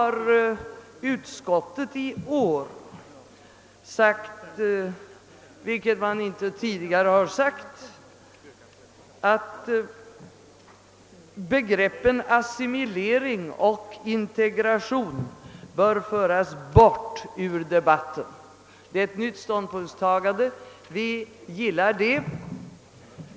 Utskottet har till skillnad från tidigare år nu förklarat, att begreppen assimilering och integration bör föras bort ur debatten. Det är alltså ett nytt ståndpunktstagande, och vi gillar det.